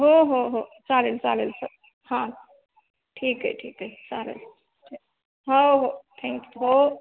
हो हो हो चालेल चालेल सर हां ठीक आहे ठीक आहे चालेल हो हो थँक यु हो